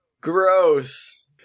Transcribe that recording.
Gross